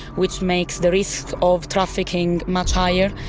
which makes the risk of trafficking much higher.